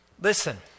Listen